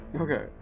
Okay